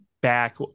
back